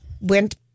went